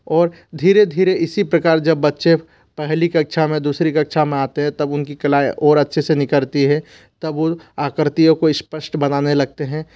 और धीरे धीरे इसी प्रकार जब बच्चे पहली कक्षा में दूसरी कक्षा में आते हैं तब उनकी कलाएँ ओर अच्छे से निखरती है तब वह आकृतियों को स्पष्ट बनाने लगते हैं